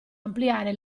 ampliare